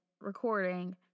recording